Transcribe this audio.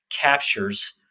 captures